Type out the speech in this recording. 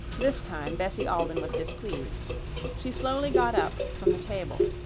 this time bessie alden was displeased she slowly got up from the table,